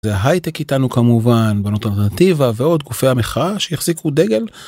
והייטק איתנו כמובן בונות אלטרנטיבה ועוד גופי המחאה שיחזיקו דגל.